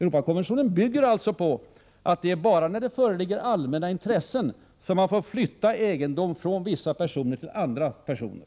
Europakonventionen bygger alltså på att det är bara när det föreligger allmänna intressen som man får flytta egendom från vissa personer till andra personer.